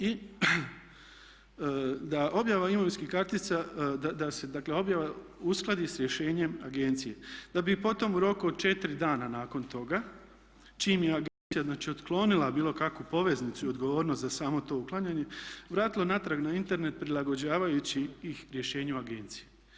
I da objava imovinskih kartica, da se dakle objava uskladi sa rješenjem agencije da bi potom u roku od 4 dana nakon toga čim je agencija znači otklonila bilo kakvu poveznicu i odgovornost za samo to uklanjanje vratila natrag na Internet prilagođavajući ih rješenju agencije.